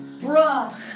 Bruh